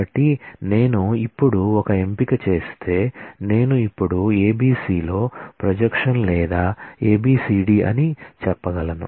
కాబట్టి నేను ఇప్పుడు ఒక ఎంపిక చేస్తే నేను ఇప్పుడు ABC లో ప్రొజెక్షన్ లేదా ABC D అని చెప్పగలను